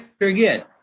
again